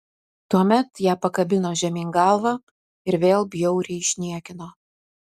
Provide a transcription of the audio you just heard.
tuomet ją pakabino žemyn galva ir vėl bjauriai išniekino